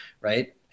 Right